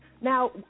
Now